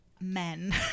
men